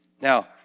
Now